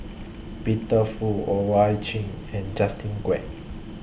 Peter Fu Owyang Chi and Justin Quek